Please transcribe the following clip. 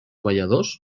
balladors